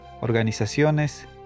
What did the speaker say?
organizaciones